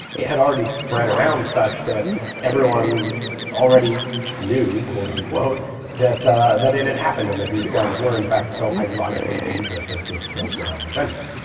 it had already spread around such that everyone already knew quote-unquote that that it had happened, and that these guns were in fact so ironically dangerous as to have killed their own inventor.